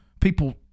People